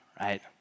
right